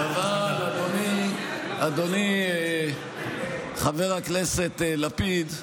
אבל, אדוני חבר הכנסת לפיד,